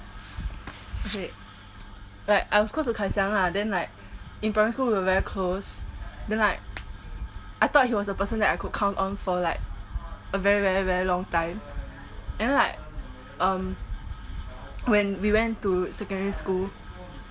okay wait like I was close to kai xiang lah then like in primary school we are very close then like I thought he was a person that I would count on for like a very very very long time and then like um when we went to secondary school